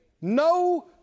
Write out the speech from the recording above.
No